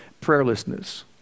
prayerlessness